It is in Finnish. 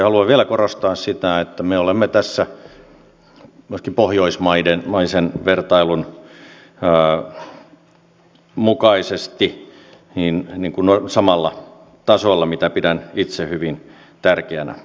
haluan vielä korostaa sitä että me olemme tässä myöskin pohjoismaisen vertailun mukaisesti samalla tasolla mitä pidän itse hyvin tärkeänä